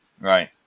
Right